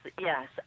yes